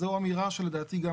זאת אמירה שלדעתי גם